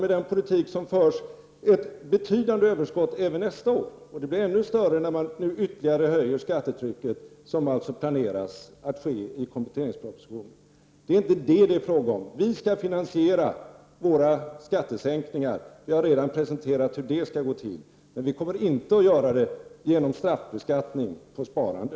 Med den politik som förs har vi ett betydande överskott även nästa år, och det blir ännu större när skattetrycket nu ökar ytterligare, vilket planeras i kompletteringspropositionen. Det är inte fråga om det. Vi moderater skall finansiera våra skattesänkningar — vi har redan presenterat hur det skall gå till — men vi kommer inte att göra det genom straffbeskattning på sparande.